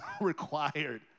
required